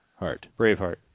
Braveheart